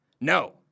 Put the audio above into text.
No